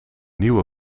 nieuwe